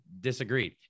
disagreed